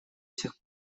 сих